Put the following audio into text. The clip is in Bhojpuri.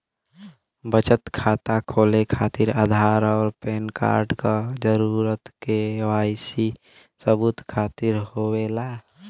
बचत खाता खोले खातिर आधार और पैनकार्ड क जरूरत के वाइ सी सबूत खातिर होवेला